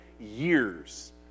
years